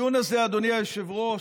שהדיון הזה, אדוני היושב-ראש,